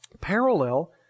parallel